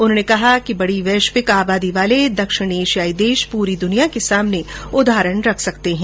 उन्होंने कहा कि बड़ी वैश्विक आबादी वाले दक्षिण एशियाई देश पूरी दुनिया के सामने उदाहरण रख सकते है